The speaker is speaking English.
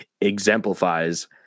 exemplifies